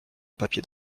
papier